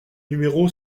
numéro